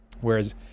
Whereas